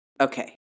Okay